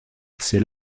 c’est